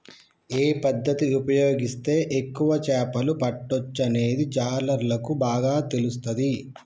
ఏ పద్దతి ఉపయోగిస్తే ఎక్కువ చేపలు పట్టొచ్చనేది జాలర్లకు బాగా తెలుస్తది